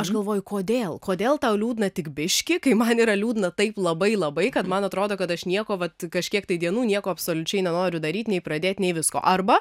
aš galvoju kodėl kodėl tau liūdna tik biški kai man yra liūdna taip labai labai kad man atrodo kad aš nieko vat kažkiek tai dienų nieko absoliučiai nenoriu daryt nei pradėt nei visko arba